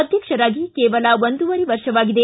ಅಧ್ಯಕ್ಷರಾಗಿ ಕೇವಲ ಒಂದುವರೆ ವರ್ಷವಾಗಿದೆ